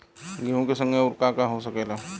गेहूँ के संगे आऊर का का हो सकेला?